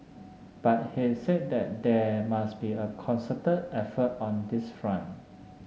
but he said that there must be a concerted effort on this front